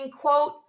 quote